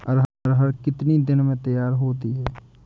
अरहर कितनी दिन में तैयार होती है?